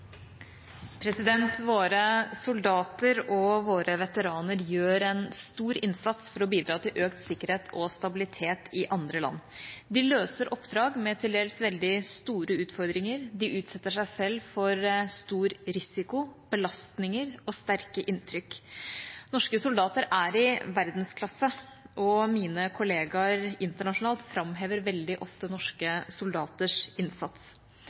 kontrollkomiteen. Våre soldater og våre veteraner gjør en stor innsats for å bidra til økt sikkerhet og stabilitet i andre land. De løser oppdrag med til dels veldig store utfordringer. De utsetter seg selv for stor risiko, belastninger og sterke inntrykk. Norske soldater er i verdensklasse, og mine kollegaer internasjonalt framhever veldig ofte norske soldaters innsats.